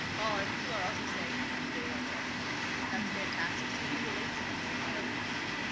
ah and people are also saying how much they love animals. that's fantastic, so you can relate to emily carr in that way.